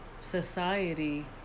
society